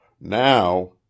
Now